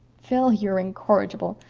phil, you're incorrigible.